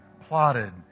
plotted